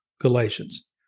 Galatians